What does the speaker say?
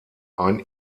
ein